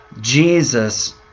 Jesus